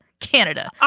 Canada